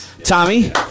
Tommy